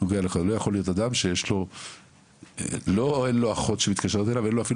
לא יכול להיות שיש אדם שאין לו אפילו